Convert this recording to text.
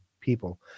people